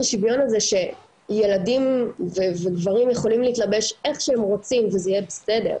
שיווין הזה שילדים וגברים יכולים להתלבש איך שהם רוצים וזה יהיה בסדר,